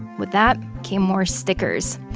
with that came more stickers.